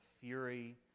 fury